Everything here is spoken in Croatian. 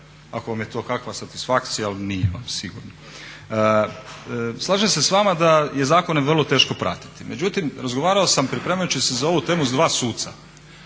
Ako vam je to kakva satisfakcija, ali nije vam sigurno. Slažem se s vama da je zakone vrlo teško pratiti, međutim razgovarao sam pripremajući se za ovu temu s dva suca